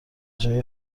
جای